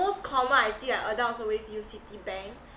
most common I see adults always use citibank